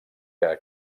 que